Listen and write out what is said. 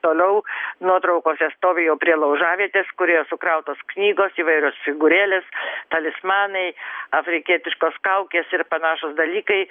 toliau nuotraukose stovi jau prie laužavietės kur jau sukrautos knygos įvairios figūrėlės talismanai afrikietiškos kaukės ir panašūs dalykai